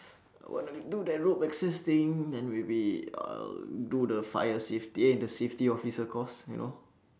wanna do that rope access thing then maybe uh do the fire safet~ eh the safety officer course you know